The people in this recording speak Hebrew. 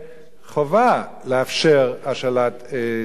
חובה לאפשר השאלת ספרים.